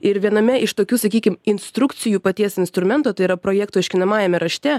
ir viename iš tokių sakykim instrukcijų paties instrumento tai yra projekto aiškinamajame rašte